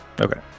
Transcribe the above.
Okay